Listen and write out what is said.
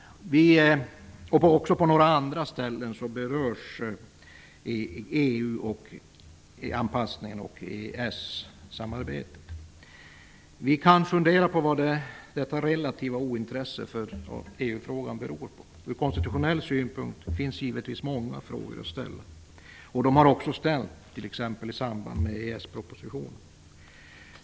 Också på några andra ställen berörs EU anpassningen och EES-samarbetet. Men vi kan fundera på vad detta relativa ointresse för EU frågan beror på. Ur konstitutionell synpunkt finns givetvis många frågor att ställa. De har också ställts, t.ex. i samband med EES-propositionen.